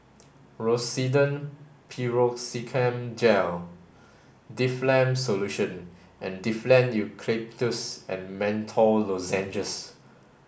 Rosiden Piroxicam Gel Difflam Solution and Difflam Eucalyptus and Menthol Lozenges